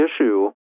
issue